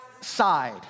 side